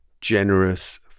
generous